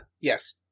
yes